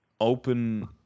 open